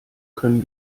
können